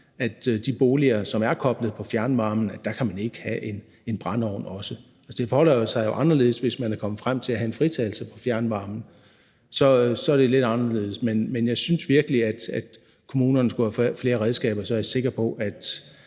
i de boliger, som er koblet på fjernvarmen, ikke også kan have en brændeovn. Det forholder sig jo lidt anderledes, hvis man er kommet frem til at have en fritagelse fra fjernvarmen, men jeg synes virkelig, at kommunerne skulle have flere redskaber, og så er jeg sikker på,